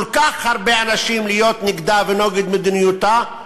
כל כך הרבה אנשים להיות נגדה ונגד מדיניותה,